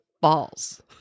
balls